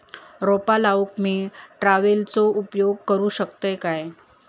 रोपा लाऊक मी ट्रावेलचो उपयोग करू शकतय काय?